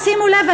ושימו לב,